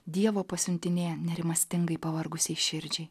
dievo pasiuntinė nerimastingai pavargusiai širdžiai